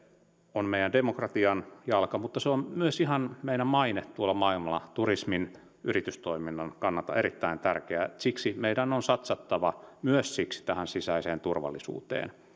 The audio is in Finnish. on meidän demokratiamme jalka mutta se on myös ihan meidän maineemme tuolla maailmalla ja turismin ja yritystoiminnan kannalta erittäin tärkeä siksi myös siksi meidän on on satsattava tähän sisäiseen turvallisuuteen